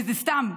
זה סתם,